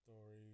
story